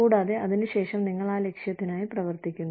കൂടാതെ അതിനുശേഷം നിങ്ങൾ ആ ലക്ഷ്യത്തിനായി പ്രവർത്തിക്കുന്നു